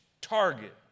target